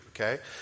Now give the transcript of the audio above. Okay